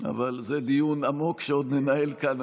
------- אבל זה דיון עמוק שעוד ננהל כאן,